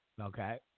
Okay